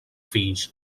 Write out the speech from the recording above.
fills